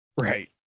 Right